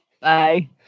bye